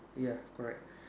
ya correct